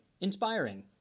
Inspiring